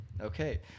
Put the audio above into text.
Okay